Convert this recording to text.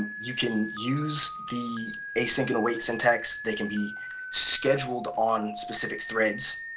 you can use the asynchronous syntax, they can be scheduled on specific threads.